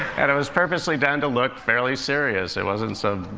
and it was purposely done to look fairly serious. it wasn't some,